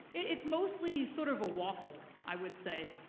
it's mostly sort of a waffle. i would say.